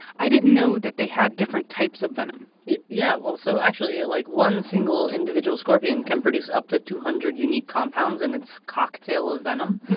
i didn't know that they had different types of venom yeah. yeah well, so actually, like, one single individual scorpion can produce up to two hundred unique compounds in its cocktail of venom.